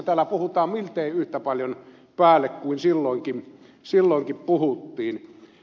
täällä puhutaan miltei yhtä paljon päälle kuin silloinkin puhuttiin